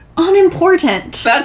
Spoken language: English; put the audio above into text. Unimportant